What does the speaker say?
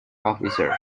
officers